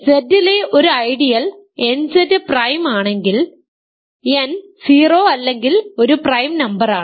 Z ലെ ഒരു ideal nZ prime ആണെങ്കിൽ n 0 അല്ലെങ്കിൽ ഒരു പ്രൈം നമ്പറാണ്